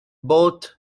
both